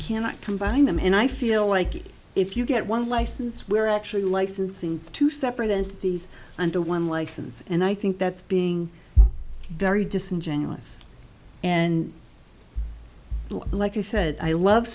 cannot combine them and i feel like if you get one license we're actually licensing two separate entities and a one license and i think that's being very disingenuous and like i said i love